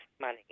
money